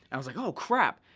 i was like, oh crap!